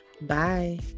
bye